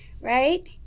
right